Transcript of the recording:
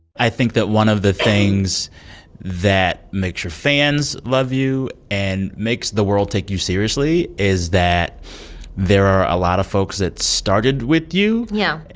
i think that one of the things that makes your fans love you and makes the world take you seriously is that there are a lot of folks that started with you. yeah.